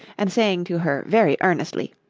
and saying to her very earnestly,